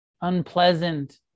unpleasant